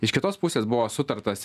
iš kitos pusės buvo sutartas